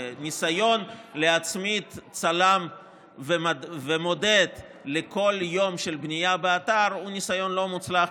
וניסיון להצמיד צלם ומודד לכל יום של בנייה באתר הוא ניסיון לא מוצלח,